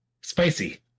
spicy